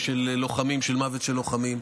מוות של לוחמים.